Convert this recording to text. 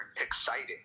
exciting